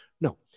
No